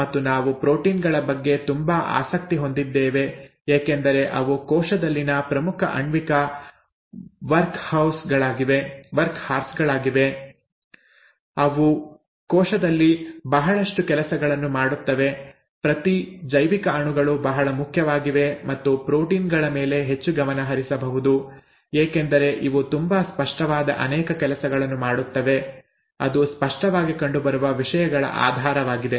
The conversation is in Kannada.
ಮತ್ತು ನಾವು ಪ್ರೋಟೀನ್ ಗಳ ಬಗ್ಗೆ ತುಂಬಾ ಆಸಕ್ತಿ ಹೊಂದಿದ್ದೇವೆ ಏಕೆಂದರೆ ಅವು ಕೋಶದಲ್ಲಿನ ಪ್ರಮುಖ ಆಣ್ವಿಕ ವರ್ಕ್ಹಾರ್ಸ್ ಗಳಾಗಿವೆ ಅವು ಕೋಶದಲ್ಲಿ ಬಹಳಷ್ಟು ಕೆಲಸಗಳನ್ನು ಮಾಡುತ್ತವೆ ಪ್ರತಿ ಜೈವಿಕ ಅಣುಗಳು ಬಹಳ ಮುಖ್ಯವಾಗಿವೆ ಮತ್ತು ಪ್ರೋಟೀನ್ ಗಳ ಮೇಲೆ ಹೆಚ್ಚು ಗಮನ ಹರಿಸಬಹುದು ಏಕೆಂದರೆ ಇವು ತುಂಬಾ ಸ್ಪಷ್ಟವಾದ ಅನೇಕ ಕೆಲಸಗಳನ್ನು ಮಾಡುತ್ತವೆ ಅದು ಸ್ಪಷ್ಟವಾಗಿ ಕಂಡುಬರುವ ವಿಷಯಗಳ ಆಧಾರವಾಗಿದೆ